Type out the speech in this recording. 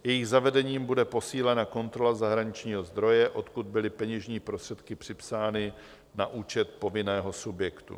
Jejich zavedením bude posílena kontrola zahraničního zdroje, odkud byly peněžní prostředky připsány na účet povinného subjektu.